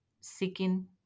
seeking